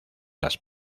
las